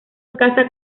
casa